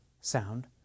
sound